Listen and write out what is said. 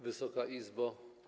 Wysoka Izbo!